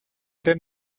den